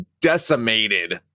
decimated